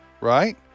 right